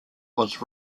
was